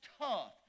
tough